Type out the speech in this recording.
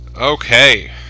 Okay